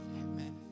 amen